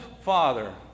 father